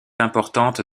importante